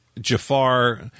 Jafar